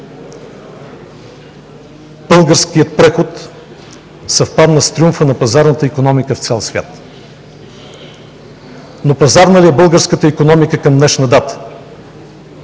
Българският преход съвпадна с триумфа на пазарната икономика в цял свят. Но пазарна ли е българската икономика към днешна дата?